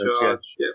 Charge